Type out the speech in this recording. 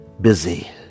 Busy